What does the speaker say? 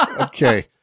Okay